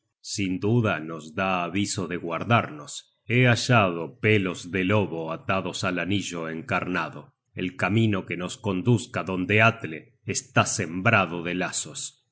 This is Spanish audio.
sin duda nos da aviso de guardarnos he hallado pelos de lobo atados al anillo encarnado el camino que nos conduzca donde atle está sembrado de lazos